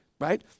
right